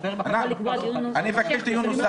חיים, אני מבקש דיון נוסף.